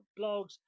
blogs